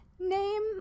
Name